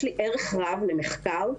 יש לי ערך רב למחקר,